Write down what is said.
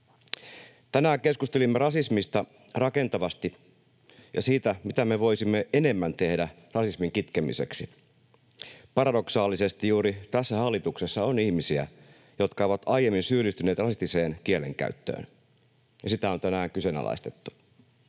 Tänään keskustelimme rasismista rakentavasti ja siitä, mitä me voisimme enemmän tehdä rasismin kitkemiseksi. Paradoksaalisesti juuri tässä hallituksessa on ihmisiä, jotka ovat aiemmin syyllistyneet rasistiseen kielenkäyttöön, ja sitä on tänään kyseenalaistettu.